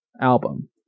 album